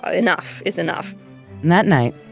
ah enough is enough. and that night,